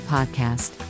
Podcast